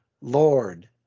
Lord